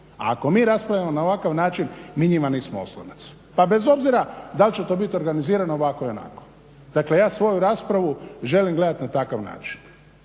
a ako mi raspravljamo na ovakav način, mi njima nismo oslonac. Pa bez obzira dal će to biti organizirano ovako i onako. Dakle ja svoju raspravu želim gledati na takav način,